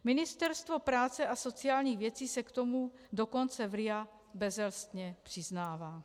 Ministerstvo práce a sociálních věcí se k tomu dokonce v RIA bezelstně přiznává.